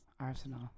Arsenal